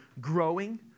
growing